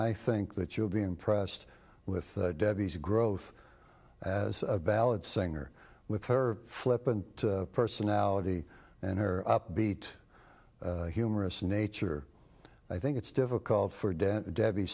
i think that you'll be impressed with debbie's growth as a ballad singer with her flippant personality and her upbeat humorous nature i think it's difficult for dent debbie